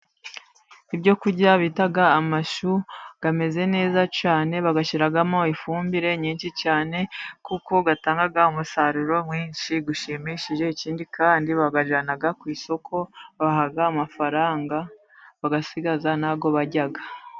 Ibyo kurya bita amashu, ameze neza cyane, bayashyiramo ifumbire nyinshi cyane, kuko atanga umusaruro mwinshi ushimishije, ikindi kandi bayajyana ku isoko, babaha amafaranga, bagasigaza n'ayo barya.